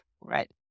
right